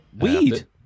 Weed